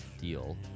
deal